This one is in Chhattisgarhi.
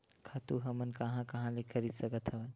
खातु हमन कहां कहा ले खरीद सकत हवन?